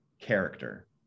character